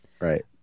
right